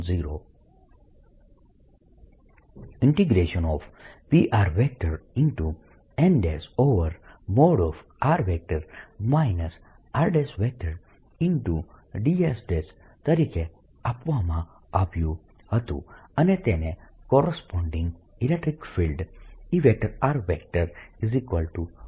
n|r r|dS તરીકે આપવામાં આવ્યુ હતું અને તેને corresponding electric field E V તરીકે આપવામાં આવશે